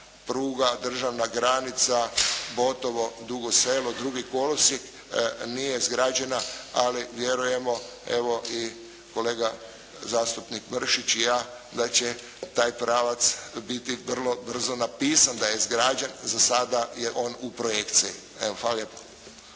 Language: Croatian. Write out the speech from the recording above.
državna granica Botovo-Dugo Selo drugi kolosijek. Nije izgrađena ali vjerujemo, evo i kolega zastupnik Mršić i ja da će taj pravac biti vrlo brzo napisan da je izgrađen, za sada je on u projekciji. Hvala lijepa.